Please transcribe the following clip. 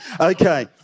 Okay